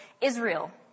Israel